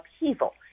upheaval